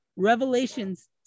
Revelations